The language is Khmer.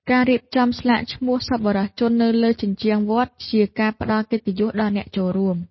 ការរៀបចំស្លាកឈ្មោះសប្បុរសជននៅលើជញ្ជាំងវត្ត ជាការផ្តល់កិត្តិយសដល់អ្នកចូលរួម។